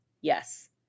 Yes